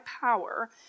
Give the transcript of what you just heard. power